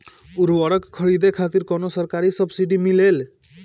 उर्वरक खरीदे खातिर कउनो सरकारी सब्सीडी मिलेल?